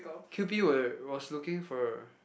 Q_P were was looking for